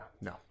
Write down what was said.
no